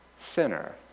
Sinner